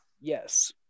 yes